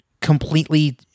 completely